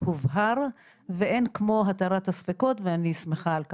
הובהר ואין כמו התרת הספקות ואני שמחה על כך.